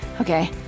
Okay